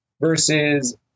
versus